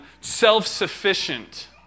self-sufficient